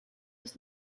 ist